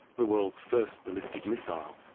the world's first ballistic missile.